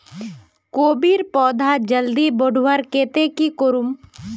कोबीर पौधा जल्दी बढ़वार केते की करूम?